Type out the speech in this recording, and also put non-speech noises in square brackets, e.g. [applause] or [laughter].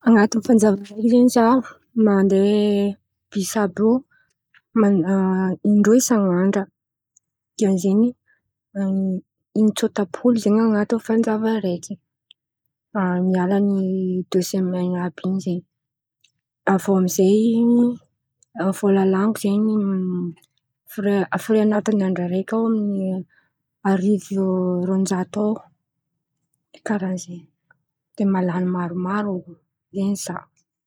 An̈aty fanjava araiky zen̈y zah mandeha bisy àby rô [hesitation] in-droe isan'andra dikan'izen̈y in-tsôta-polo zen̈y an̈aty fanjava araiky miala ny desemainy àby in̈y zen̈y avô amizay vola lan̈iko zen̈y fre an̈aty andra araiky, arivo roanjato ao karà zen̈y de mahalan̈y maromaro zen̈y zah.